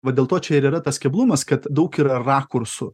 va dėl to čia ir yra tas keblumas kad daug ir rakursų